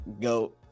go